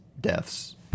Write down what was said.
Deaths